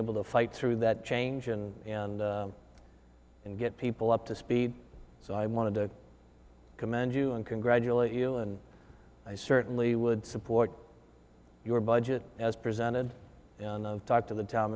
able to fight through that change and and get people up to speed so i want to commend you and congratulate you and i certainly would support your budget as presented and talk to the town